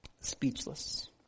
Speechless